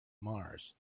mars